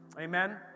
Amen